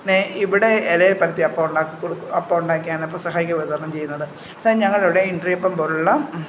പിന്നെ ഇവിടെ ഇലയിൽ പരത്തി അപ്പമുണ്ടാക്കി കൊടുക്കു അപ്പമുണ്ടാക്കിയാണ് പെസഹയ്ക്ക് വിതരണം ചെയ്യുന്നത് പക്ഷെ ഞങ്ങളുടെ ഇവിടെ ഇണ്ടറിയപ്പം പോലെയുള്ള